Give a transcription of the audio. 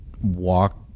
walk